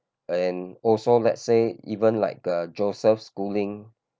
and also let's say even like uh Joseph-Schooling